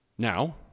Now